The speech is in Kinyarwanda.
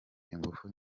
ingufu